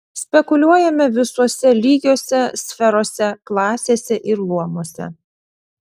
spekuliuojame visuose lygiuose sferose klasėse ir luomuose